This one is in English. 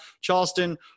Charleston